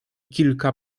kilka